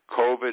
COVID